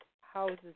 houses